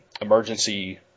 emergency